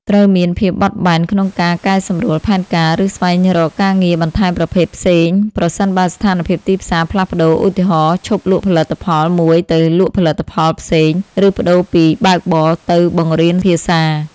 ត្រូវមានភាពបត់បែនក្នុងការកែសម្រួលផែនការ ឬស្វែងរកការងារបន្ថែមប្រភេទផ្សេង ប្រសិនបើស្ថានភាពទីផ្សារផ្លាស់ប្តូរ ឧទាហរណ៍ ឈប់លក់ផលិតផលមួយទៅលក់ផលិតផលផ្សេង ឬប្តូរពីបើកបរទៅបង្រៀនភាសា។